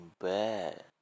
bad